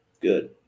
good